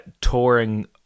touring